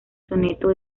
soneto